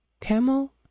camel